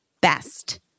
best